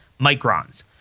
microns